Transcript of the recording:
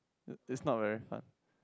it's not very fun